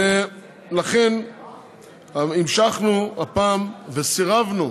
ולכן המשכנו הפעם וסירבנו